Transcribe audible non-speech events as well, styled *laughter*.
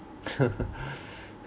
*laughs*